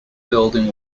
building